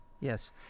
Yes